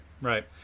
right